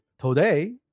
today